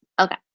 Okay